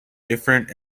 different